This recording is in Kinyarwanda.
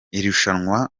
irushanwa